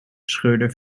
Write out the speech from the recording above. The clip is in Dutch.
scheurde